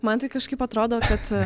man tai kažkaip atrodo kad